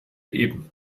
eben